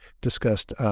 discussed